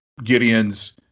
Gideons